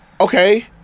okay